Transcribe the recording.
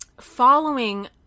following